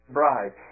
bride